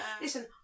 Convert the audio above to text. Listen